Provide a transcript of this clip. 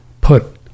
put